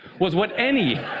was what any